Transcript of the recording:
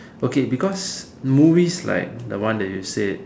okay because movies like the one that you say